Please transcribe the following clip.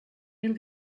mil